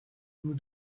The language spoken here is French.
nous